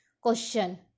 Question